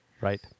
Right